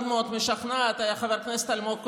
מאוד משכנעת היה חבר הכנסת אלמוג כהן.